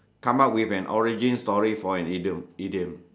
come out with an origin story for an idiom idiom